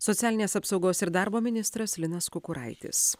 socialinės apsaugos ir darbo ministras linas kukuraitis